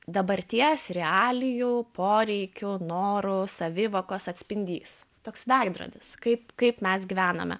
dabarties realijų poreikių norų savivokos atspindys toks veidrodis kaip kaip mes gyvename